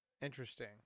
Interesting